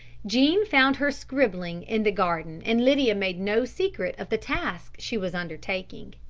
jean found her scribbling in the garden and lydia made no secret of the task she was undertaking.